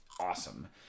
awesome